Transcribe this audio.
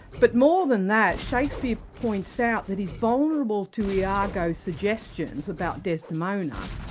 but more than that, shakespeare points out that he's vulnerable to iago's suggestions about desdemona,